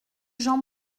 jean